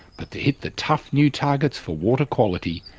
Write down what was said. but to hit the tough new targets for water quality,